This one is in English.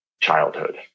childhood